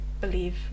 believe